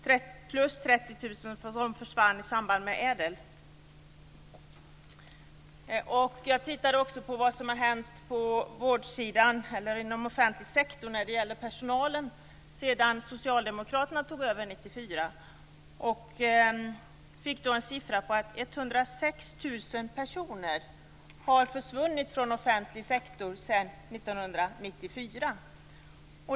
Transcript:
Därtill kommer de 30 000 som försvann i samband med ädelreformen. Jag har också sett på vad som har hänt vad gäller personalen inom offentlig sektor sedan socialdemokraterna tog över regeringsmakten 1994 och fått beskedet att 106 000 personer har försvunnit från offentlig sektor sedan 1994.